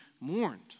mourned